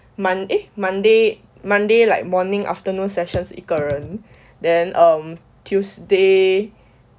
mon~ eh monday monday like morning afternoon sessions 是一个人 then um tuesday